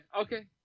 Okay